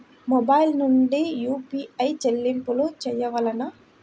Mobile నుండే UPI చెల్లింపులు చేయవలెనా?